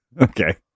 Okay